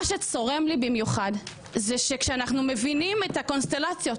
צורם לי במיוחד כי אנחנו מבינים את הקונסטלציות